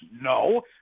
No